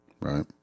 right